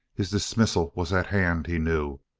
his dismissal was at hand, he knew,